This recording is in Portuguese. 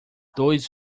dois